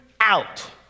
out